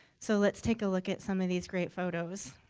so let's take a look at some of these great photos.